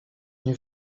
nie